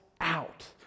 out